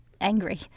angry